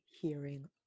hearing